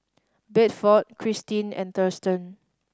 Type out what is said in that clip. Bedford Kristine and Thurston